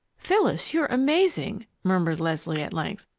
phyllis, you're amazing! murmured leslie, at length.